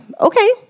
okay